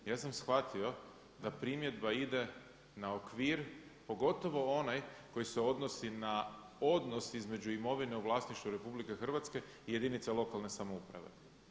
Ja sam shvatio da primjedba ide na okvir, pogotovo onaj koji se odnosi na odnos između imovine u vlasništvu RH i jedinice lokalne samouprave.